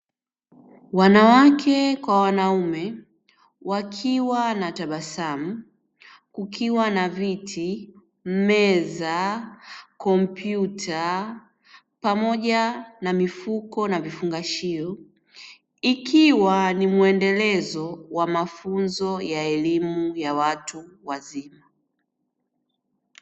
Wanawake kwa wanaume wakiwa na tabasamu kukiwa na viti, meza, kompyuta pamoja na mifuko na vifungashio, ikiwa ni muendelezo wa mafunzo ya elimu ya watu wazima.